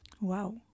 Wow